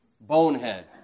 bonehead